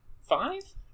five